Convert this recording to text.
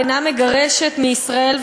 אינה מגרשת מישראל,